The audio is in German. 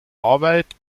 arbeit